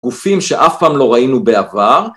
גופים שאף פעם לא ראינו בעבר